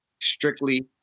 strictly